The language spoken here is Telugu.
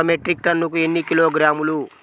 ఒక మెట్రిక్ టన్నుకు ఎన్ని కిలోగ్రాములు?